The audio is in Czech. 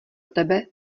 tebe